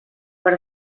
per